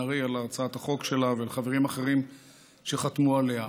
ארי על הצעת החוק שלה ולחברים אחרים שחתמו עליה.